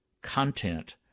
content